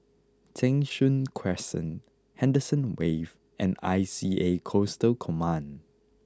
Cheng Soon Crescent Henderson Wave and I C A Coastal Command